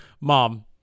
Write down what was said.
Mom